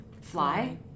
Fly